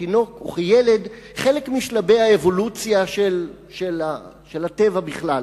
כתינוק וכילד חלק משלבי האבולוציה של הטבע בכלל,